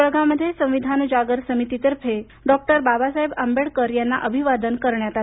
जळगावमध्ये संविधान जागर समितीतर्फे डॉ बाबासाहेब आंबेडकर यांना अभिवादन करण्यात आलं